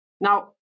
Now